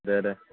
দে দে